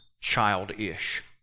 childish